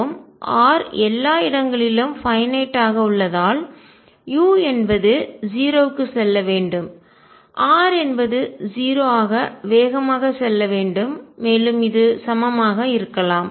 R எல்லா இடங்களிலும் finite ஆக வரையறுக்கப்பட்டது உள்ளதால் u என்பது 0 க்கு செல்ல வேண்டும் r என்பது 0 ஆக வேகமாக செல்ல வேண்டும் மேலும் இது சமமாக இருக்கலாம்